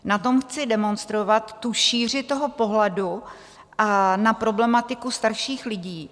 Na tom chci demonstrovat tu šíři toho pohledu na problematiku starších lidí.